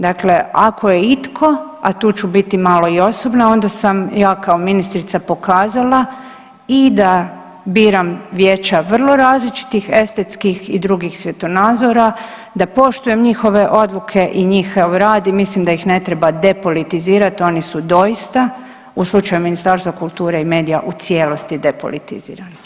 Dakle ako je itko, a tu ću biti malo i osobno onda sam ja kao ministrica pokazala i da biram vijeća vrlo različitih estetskih i drugih svjetonazora, da poštujem njihove odluke i njihov rad i mislim da ih ne treba depolitizirat, oni su doista u slučaju Ministarstva kulture i medija u cijelosti depolitizirani.